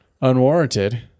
unwarranted